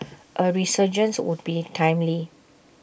A resurgence would be timely